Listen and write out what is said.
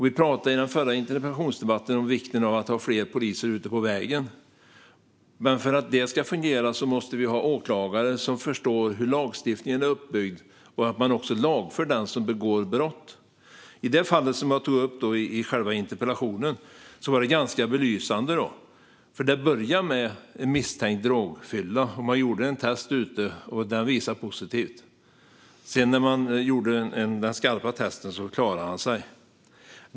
Vi pratade i den förra interpellationsdebatten om vikten av att ha fler poliser ute på vägarna, men för att detta ska fungera måste vi ha åklagare som förstår hur lagstiftningen är uppbyggd och att man ska lagföra den som begår brott. Det fall som jag tog upp i interpellationen var ganska belysande. Det började med en misstänkt drogfylla. Det gjordes ett test ute, som visade positivt, men sedan när det skarpa testet gjordes klarade han sig.